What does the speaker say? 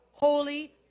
Holy